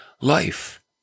life